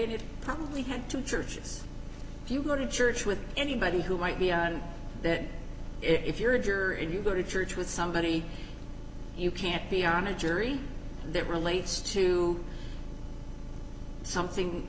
and it probably had two churches if you go to church with anybody who might be that if you're a juror and you go to church with somebody you can't be on a jury and that relates to something